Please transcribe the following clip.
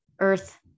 Earth